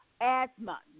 asthma